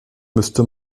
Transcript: müsste